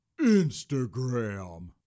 Instagram